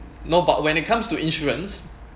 no but when it comes to insurance